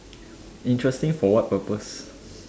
interesting for what purpose